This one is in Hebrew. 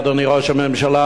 אדוני ראש הממשלה,